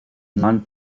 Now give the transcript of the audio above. non